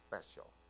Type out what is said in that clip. special